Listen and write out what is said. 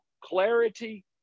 clarity